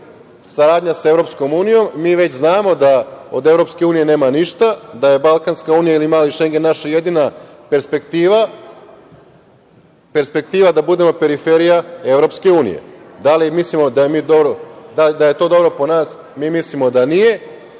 saradnja sa EU mi već znamo da od EU nema ništa, da je Balksanska unija ili „mali Šengen“ naša jedina perspektiva, perspektiva da budemo periferija EU. Da li mislimo da je to dobro po nas? Mi mislimo da nije